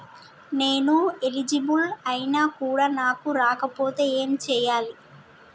నేను ఎలిజిబుల్ ఐనా కూడా నాకు రాకపోతే ఏం చేయాలి?